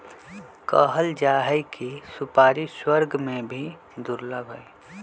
कहल जाहई कि सुपारी स्वर्ग में भी दुर्लभ हई